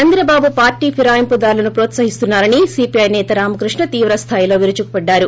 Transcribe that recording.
Chandrababu party ఫిరాయింపుదారులను హ్రోత్సహిస్తున్నా రని సీపీఐ సేత రామకృష్ణ తీవ్రస్తాయిలో విరుచుకుపడ్డారు